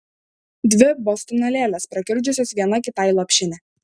dvi bostono lėlės prakiurdžiusios viena kitai lopšinę